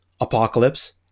Apocalypse